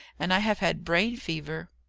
and i have had brain fever.